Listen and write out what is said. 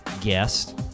guest